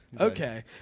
Okay